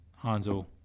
Hanzo